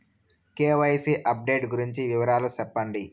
KYC update గురించి వివరాలు సెప్పండి?